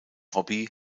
hobby